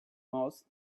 most